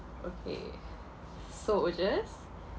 okay so we just